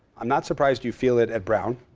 i'm not surprised you feel it at brown.